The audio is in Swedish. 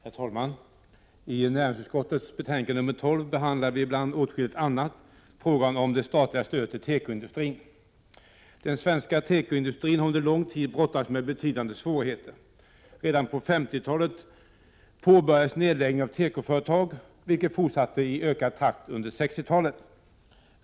Herr talman! I näringsutskottets betänkande nr 12 behandlar vi bland åtskilligt annat frågan om det statliga stödet till tekoindustrin. Den svenska tekoindustrin har under lång tid brottats med betydande svårigheter. Redan på 1950-talet påbörjades nedläggningen av tekoföretag, något som fortsatte i ökad takt under 1960-talet.